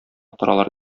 торалар